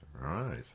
Right